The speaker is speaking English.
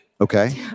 Okay